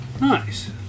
Nice